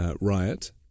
riot